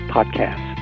Podcast